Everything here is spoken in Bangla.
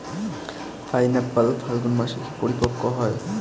পাইনএপ্পল ফাল্গুন মাসে পরিপক্ব হয়